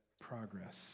progress